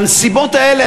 בנסיבות האלה,